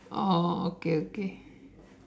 oh okay okay